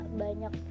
banyak